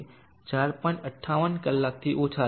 58 કલાકથી ઓછા છે